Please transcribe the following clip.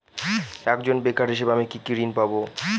একজন বেকার হিসেবে আমি কি কি ঋণ পাব?